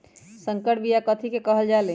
संकर बिया कथि के कहल जा लई?